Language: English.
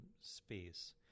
space